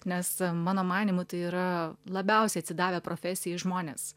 nes mano manymu tai yra labiausiai atsidavę profesijai žmonės